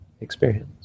experience